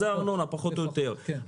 הארנונה היא פחות או יותר בין 12%